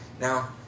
Now